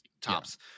tops